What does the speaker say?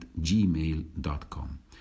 gmail.com